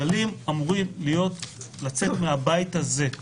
כללים אמורים לצאת מהבית הזה,